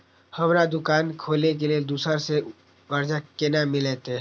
हमरा दुकान खोले के लेल दूसरा से कर्जा केना मिलते?